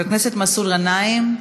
חבר הכנסת מסעוד גנאים,